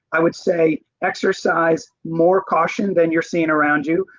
i would say exercise more caution than you are seeing around you,